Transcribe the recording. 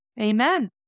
amen